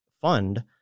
fund